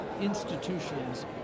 institutions